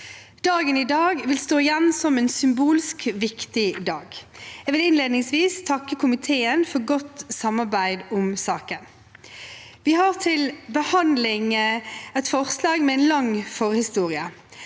Dagen i dag vil stå igjen som en symbolsk viktig dag. Jeg vil innledningsvis takke komiteen for godt samarbeid om saken. Vi har til behandling et forslag med en lang forhistorie.